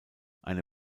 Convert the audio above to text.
eine